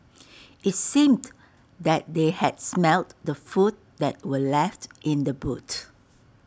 IT seemed that they had smelt the food that were left in the boot